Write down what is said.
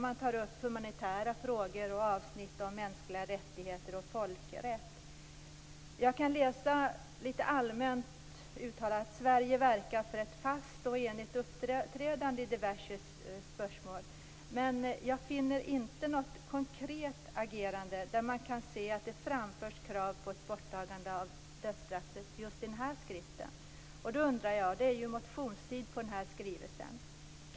Man tar upp humanitära frågor och avsnitt om mänskliga rättigheter och folkrätt. Där uttalas litet allmänt att Sverige verkar för ett fast och enigt uppträdande i diverse spörsmål, men jag finner inte just i den här skriften något konkret agerande som innebär att det framförs krav på ett borttagande av dödsstraffet. Det är ju motionstid på den här skrivelsen.